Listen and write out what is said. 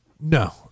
No